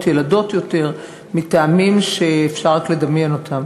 ילדות יותר מטעמים שאפשר רק לדמיין אותם.